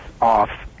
off